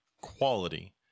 quality